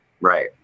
Right